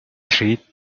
treat